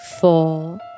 four